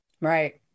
right